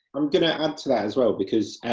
um going to add to that as well, because